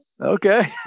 Okay